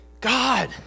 God